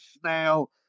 snail